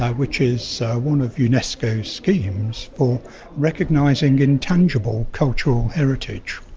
ah which is one of unesco's schemes for recognizing intangible cultural heritage.